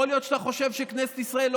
יכול להיות שאתה חושב שכנסת ישראל לא